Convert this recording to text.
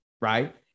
right